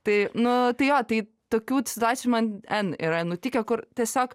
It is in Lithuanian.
tai nu jo tai tokių situacijų man en yra nutikę kur tiesiog